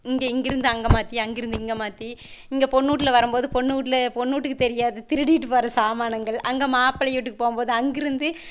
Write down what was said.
இங்கே இங்கேருந்து அங்கே மாற்றி அங்கிருந்து இங்கே மாற்றி இங்கே பொண்ணு வீட்ல வரும்போது பொண்ணு வீட்ல பொண்ணு வீட்டுக்கு தெரியாது திருடிட்டு வர சாமானுங்கள் அங்கே மாப்ளவீட்டுக்கு போகும்போது அங்கிருந்து